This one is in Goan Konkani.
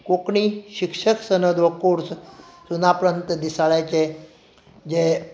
कोंकणी शिक्षक सनद हो कोर्स सुनापरान्त दिसाळ्याचे जे